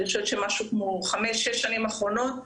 אני חושבת שמשהו כמו ב-6-5 השנים האחרונות,